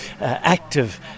active